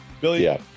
Billy